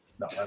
No